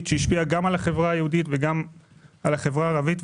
שהשפיעה גם על החברה היהודית וגם על החברה הערבית,